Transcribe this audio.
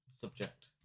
subject